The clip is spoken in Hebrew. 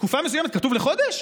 לתקופה מסוימת, כתוב "לחודש"?